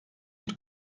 bir